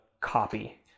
copy